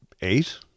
eight